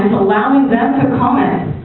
allowing them to comment.